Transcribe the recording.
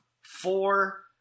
four